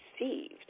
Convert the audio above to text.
received